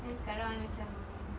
then sekarang macam